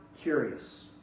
curious